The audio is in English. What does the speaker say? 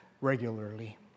regularly